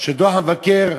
שדוח המבקר,